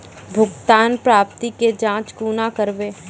भुगतान प्राप्ति के जाँच कूना करवै?